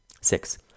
Six